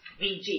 VG